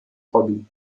hobby